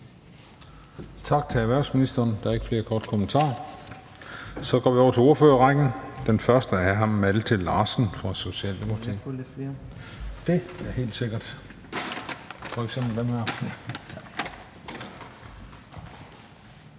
Tak til erhvervsministeren. Der er ikke flere korte bemærkninger. Så går vi over til ordførerrækken, og den første er hr. Malte Larsen fra Socialdemokratiet. Værsgo.